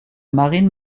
marine